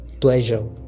pleasure